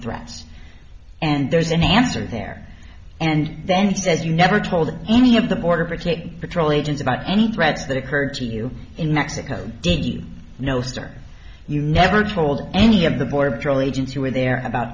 threats and there's an answer there and then he says you never told any of the border between patrol agents about any threats that occur to you in mexico no stor you never told any of the border patrol agents who were there about